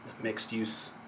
mixed-use